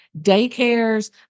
daycares